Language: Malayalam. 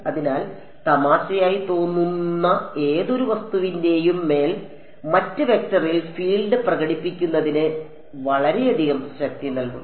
അതിനാൽ തമാശയായി തോന്നുന്ന ഏതൊരു വസ്തുവിന്റെയും മേൽ മറ്റ് വെക്ടറിൽ ഫീൽഡ് പ്രകടിപ്പിക്കുന്നതിന് അത് വളരെയധികം ശക്തി നൽകുന്നു